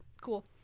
Cool